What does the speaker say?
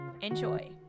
Enjoy